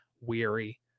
weary